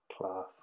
Class